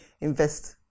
invest